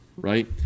Right